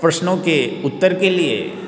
प्रश्नों के उत्तर के लिए